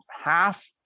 half